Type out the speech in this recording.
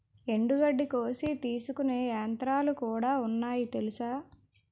ఎండుగడ్డి కోసి తీసుకునే యంత్రాలుకూడా ఉన్నాయి తెలుసా?